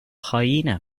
hyena